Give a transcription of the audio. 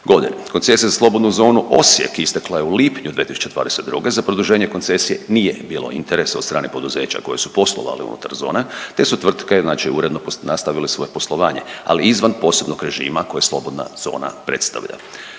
g. Koncesija za Slobodnu zonu Osijek istekla je u lipnju 2022. za produženje koncesije nije bilo interesa od strane poduzeća koji su poslovali unutar zone te su tvrtke, znači uredno nastavile svoje poslovanje, ali izvan posebnog režima koji slobodna zona predstavlja.